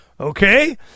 Okay